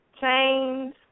change